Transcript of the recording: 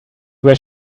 where